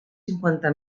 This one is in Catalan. cinquanta